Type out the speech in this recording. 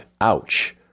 Ouch